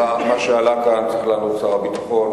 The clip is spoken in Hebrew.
על מה שעלה כאן צריך לענות שר הביטחון